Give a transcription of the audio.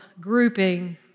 grouping